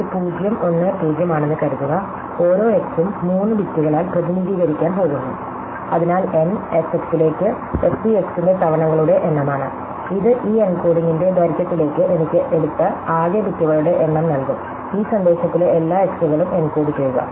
ഇത് 0 1 0 ആണെന്ന് കരുതുക ഓരോ x ഉം 3 ബിറ്റുകളാൽ പ്രതിനിധീകരിക്കാൻ പോകുന്നു അതിനാൽ n f x ലേക്ക് f c x ന്റെ തവണകളുടെ എണ്ണമാണ് ഇത് ഈ എൻകോഡിംഗിന്റെ ദൈർഘ്യത്തിലേക്ക് എനിക്ക് എടുത്ത ആകെ ബിറ്റുകളുടെ എണ്ണം നൽകും ഈ സന്ദേശത്തിലെ എല്ലാ x കളും എൻകോഡ് ചെയ്യുക